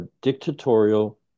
dictatorial